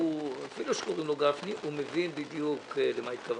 אפילו שקוראים לו גפני הוא מבין בדיוק למה התכוונת.